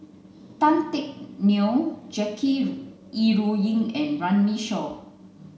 Tan Teck Neo Jackie Yi Ru Ying and Runme Shaw